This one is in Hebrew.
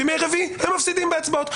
בימי רביעי הם מפסידים בהצבעות.